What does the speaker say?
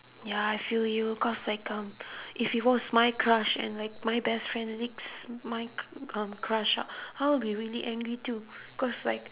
ya I feel you cause like um if it was my crush and like my best friend leaks my c~ um crush ah I would be really angry too cause like